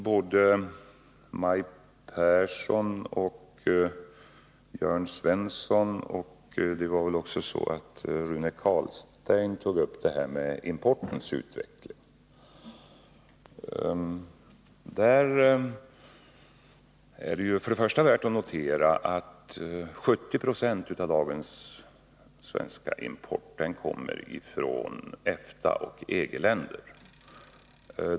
Både Maj Pehrsson och Jörn Svensson och även Rune Carlstein, tror jag, tog upp frågan om importens utveckling. Där är det ju först och främst värt att notera att 70 Zo av dagens svenska import kommer från EFTA och EG-länder.